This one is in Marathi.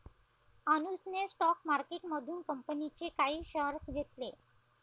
अनुजने स्टॉक मार्केटमधून कंपनीचे काही शेअर्स घेतले